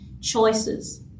choices